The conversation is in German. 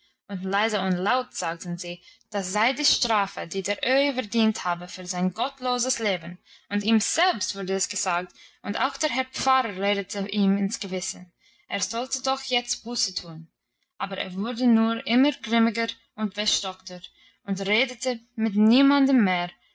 leise und laut sagten sie das sei die strafe die der öhi verdient habe für sein gottloses leben und ihm selbst wurde es gesagt und auch der herr pfarrer redete ihm ins gewissen er sollte doch jetzt buße tun aber er wurde nur immer grimmiger und verstockter und redete mit niemandem mehr